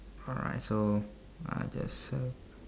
correct so I just so